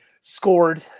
scored –